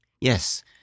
Yes